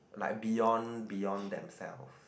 like beyond beyond themselves